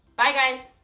bye guys!